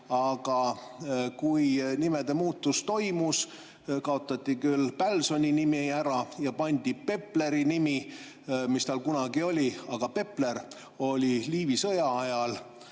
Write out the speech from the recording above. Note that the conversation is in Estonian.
Aga kui nimede muutmine toimus, kaotati küll Pälsoni nimi ära, aga pandi Pepleri nimi, mis tal kunagi oli. Aga Pepler oli Liivi sõja ajal,